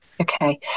okay